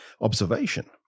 observation